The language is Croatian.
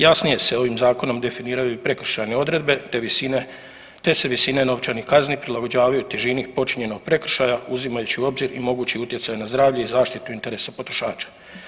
Jasnije se ovim zakonom definiraju i prekršajne odredbe, te se visine novčanih kazni prilagođavaju težini počinjenog prekršaja uzimajući u obzir i mogući utjecaj na zdravlje i zaštitu interesa potrošača.